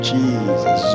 Jesus